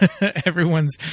Everyone's